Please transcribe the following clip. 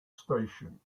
station